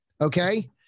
Okay